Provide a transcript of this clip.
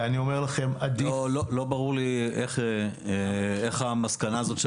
ואני אומר לכם --- לא ברור לי איך הגעת למסקנה הזאת,